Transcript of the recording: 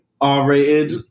R-rated